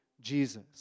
Jesus